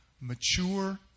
mature